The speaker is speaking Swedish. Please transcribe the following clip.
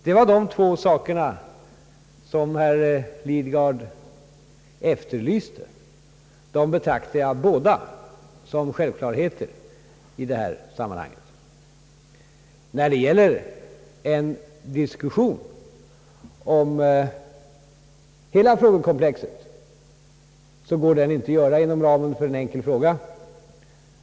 De här två sakerna som herr Lidgard efterlyste betraktar jag alltså som självklarheter i detta sammanhang. En diskussion om hela frågekomplexet går inte att föra inom ramen för en enkel fråga.